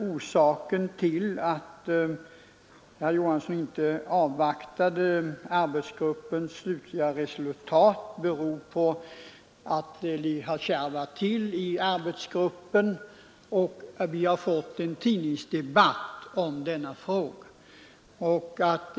Orsaken till att herr Johansson inte avvaktade arbetsgruppens slutrapport är att det har kärvat till sig inom arbetsgruppen och att vi har fått en tidningsdebatt i denna fråga.